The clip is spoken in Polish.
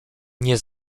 nie